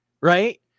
right